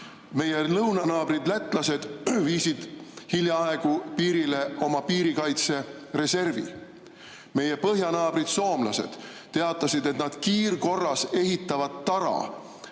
Meie lõunanaabrid lätlased viisid hiljaaegu piirile oma piirikaitsereservi. Meie põhjanaabrid soomlased teatasid, et nad kiirkorras ehitavad tara